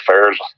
affairs